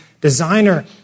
designer